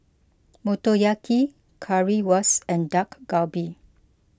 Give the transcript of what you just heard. Motoyaki Currywurst and Dak Galbi